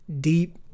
deep